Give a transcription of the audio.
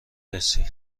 رسی